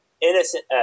Innocent